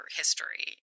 history